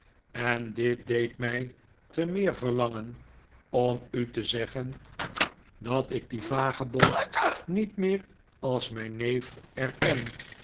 en dit deed mij te meer verlangen om u te zeggen dat ik dien vagebond niet meer als mijn neef erken